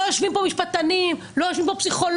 לא יושבים פה משפטנים, לא יושבים פה פסיכולוגים.